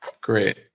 great